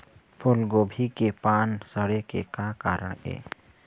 फूलगोभी के पान सड़े के का कारण ये?